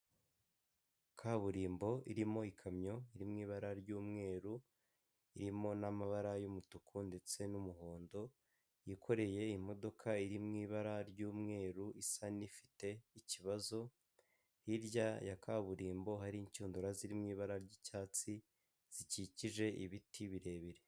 Kaburimbo irimo ikamyo iri mu ibara ry'umweru, irimo n'amabara y'umutuku ndetse n'umuhondo, yikoreye imodoka iri mu ibara ry'umweru, isa n'ifite ikibazo, hirya ya kaburimbo hari inshundura ziri mu ibara ry'icyatsi, zikikije ibiti birebire.